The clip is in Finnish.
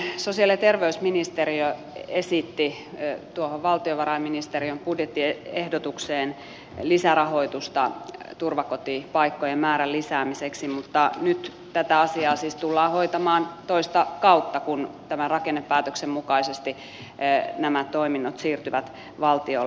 todellakin sosiaali ja terveysministeriö esitti tuohon valtiovarainministeriön budjettiehdotukseen lisärahoitusta turvakotipaikkojen määrän lisäämiseksi mutta nyt tätä asiaa siis tullaan hoitamaan toista kautta kun tämän rakennepäätöksen mukaisesti nämä toiminnot siirtyvät valtiolle